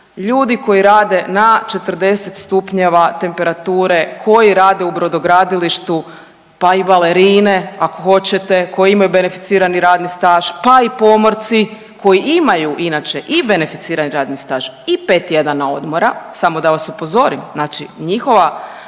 ljudi koji rade na 40 stupnjeva temperature, koji rade u brodogradilištu, pa i balerine ako hoćete koje imaju beneficirani radni staž, pa i pomorci koji imaju inače i beneficirani radni staž i pet tjedana odmora samo da vas upozorim. Znači njihova